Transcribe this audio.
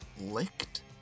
Licked